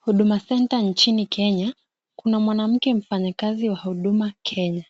Huduma Center nchini Kenya. Kuna mwanamke mfanyakazi wa Huduma Kenya